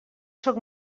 sóc